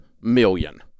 million